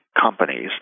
companies